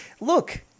Look